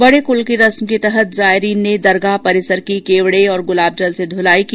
बड़े कूल की रस्म के तहत जायरीन ने दरगाह परिसर की केवडे और गूलाब जल से धूलाई की